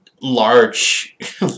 large